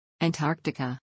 Antarctica